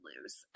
lose